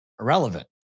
irrelevant